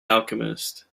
alchemist